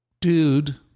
Dude